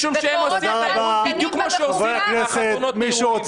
משום שהם עושים את האירועים בדיוק כמו שעושים חתונות --- תודה רבה,